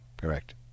Correct